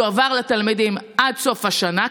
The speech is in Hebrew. יועבר לתלמידים עד סוף השנה.